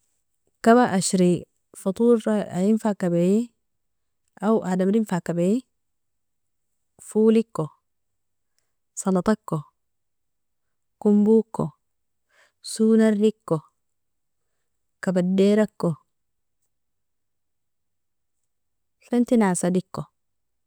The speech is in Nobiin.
Kaba ashri fatora ien fa kabia wao adamri fa kabi foliko, salatako, komboko, swo nariko kabadirako, fantin assaliko.